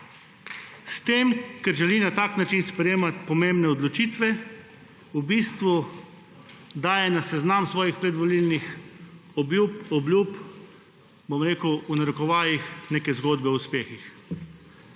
S tem, ko želi na tak način sprejemati pomembne odločitve, v bistvu daje na seznam svojih predvolilnih obljub, bom rekel pod narekovaji, neke zgodbe o uspehih.